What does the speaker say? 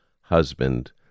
husband